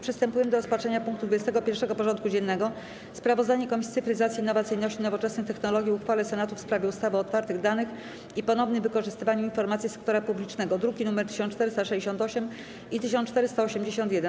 Przystępujemy do rozpatrzenia punktu 21. porządku dziennego: Sprawozdanie Komisji Cyfryzacji, Innowacyjności i Nowoczesnych Technologii o uchwale Senatu w sprawie ustawy o otwartych danych i ponownym wykorzystywaniu informacji sektora publicznego (druki nr 1468 i 1481)